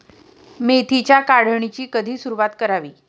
मेथीच्या काढणीची कधी सुरूवात करावी?